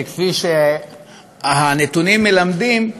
וכפי שהנתונים מלמדים,